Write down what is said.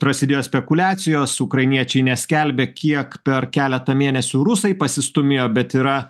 prasidėjo spekuliacijos ukrainiečiai neskelbia kiek per keletą mėnesių rusai pasistūmėjo bet yra